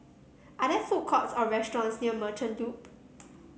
are there food courts or restaurants near Merchant Loop